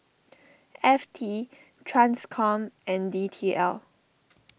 F T Transcom and D T L